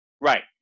Right